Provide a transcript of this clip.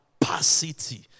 capacity